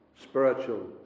Spiritual